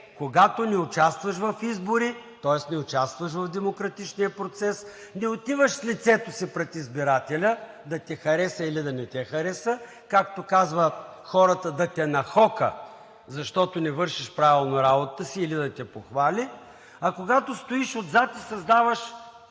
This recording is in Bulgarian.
когато не участваш в избори, тоест не участваш в демократичния процес, не отиваш с лицето си пред избирателя – да те хареса или да не те хареса, както казват хората, да те нахока, защото не вършиш правилно работата си, или да те похвали, а когато стоиш отзад и създаваш